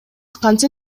кантсе